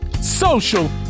social